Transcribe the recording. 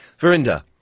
Verinda